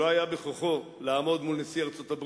שלא היה בכוחו לעמוד מול נשיא ארצות-הברית